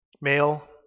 male